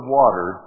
water